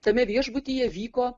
tame viešbutyje vyko